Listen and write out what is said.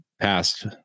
past